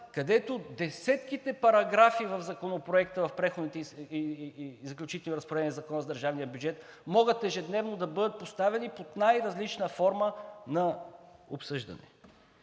където десетките параграфи в Преходните и заключителни разпореди в Закона за държавния бюджет могат ежедневно да бъдат поставяни под най-различна форма на обсъждане.